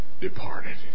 departed